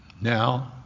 Now